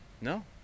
No